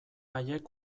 haiek